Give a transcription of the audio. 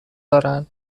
دارن